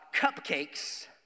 cupcakes